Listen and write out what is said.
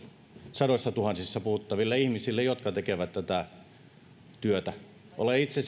sadoissatuhansissa puhuttaville ihmisille jotka tekevät tätä työtä olen itse